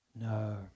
No